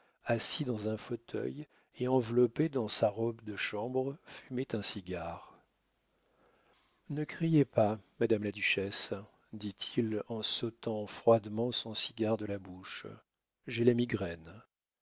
assis dans un fauteuil et enveloppé dans sa robe de chambre fumait un cigare ne criez pas madame la duchesse dit-il en s'ôtant froidement son cigare de la bouche j'ai la migraine